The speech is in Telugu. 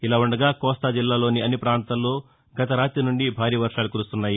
ఇలా ఉండగా కోస్తాజిల్లాల్లోని అన్ని పాంతాల్లోని గత రాతి నుండి భారీ వర్షాలు కురుస్తున్నాయి